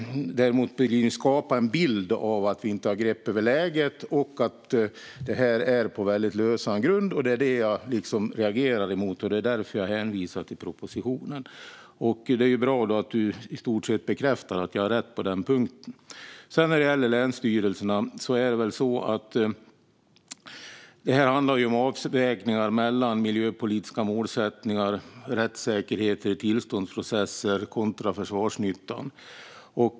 Du vill skapa en bild av att vi inte har grepp om läget och att allt står på lösan grund. Det var det jag reagerade på, och det var därför jag hänvisade till propositionen. Det är bra att du i stort sett bekräftar att jag har rätt på den punkten. När det gäller länsstyrelserna handlar det om avvägningar mellan miljöpolitiska målsättningar, rättssäkerhet i tillståndsprocesser och försvarsnytta.